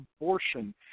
abortion